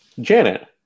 Janet